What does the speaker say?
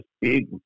big